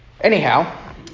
Anyhow